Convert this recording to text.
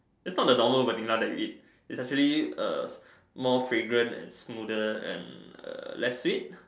it's not the normal Vanilla that you eat it's actually err more fragrant and smoother and err less sweet